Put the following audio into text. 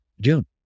June